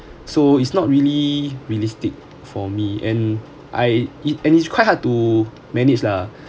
so it's not really realistic for me and I it and it's quite hard to manage lah